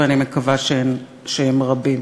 ואני מקווה שהם רבים.